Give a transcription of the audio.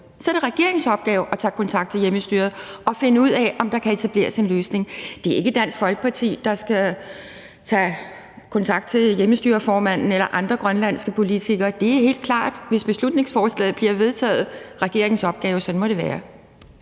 Det er regeringens opgave at tage kontakt til hjemmestyret og finde ud af, om der kan etableres en løsning. Det er ikke Dansk Folkeparti, der skal tage kontakt til hjemmestyreformanden eller andre grønlandske politikere. Det er helt klart regeringens opgave, hvis beslutningsforslaget bliver vedtaget. Sådan må det være.